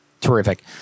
Terrific